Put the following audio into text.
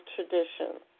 Traditions